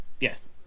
Yes